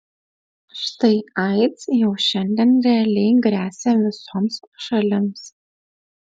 štai aids jau šiandien realiai gresia visoms šalims